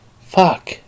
Fuck